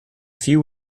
few